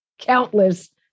countless